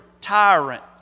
tyrant